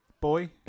boy